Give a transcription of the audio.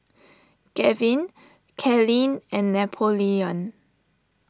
Gavyn Kylene and Napoleon